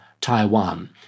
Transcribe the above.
Taiwan